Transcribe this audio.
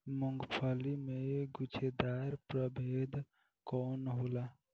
मूँगफली के गुछेदार प्रभेद कौन होला?